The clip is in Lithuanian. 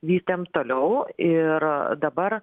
vystėm toliau ir dabar